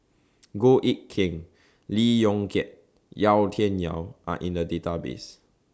Goh Eck Kheng Lee Yong Kiat Yau Tian Yau Are in The Database